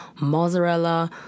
mozzarella